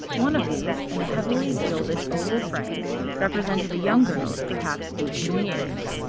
one of these in a heavily gilded oval frame represented a young girl of perhaps eighteen years,